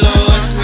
Lord